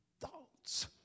thoughts